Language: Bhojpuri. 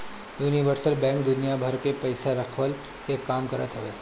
यूनिवर्सल बैंक दुनिया भर के पईसा रखला के काम करत हवे